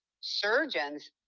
surgeons